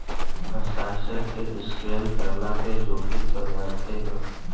हस्ताक्षर के स्केन करवला से जोखिम त नइखे न?